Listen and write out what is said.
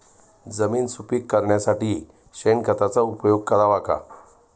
जमीन सुपीक करण्यासाठी शेणखताचा उपयोग करावा का?